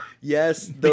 Yes